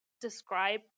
describe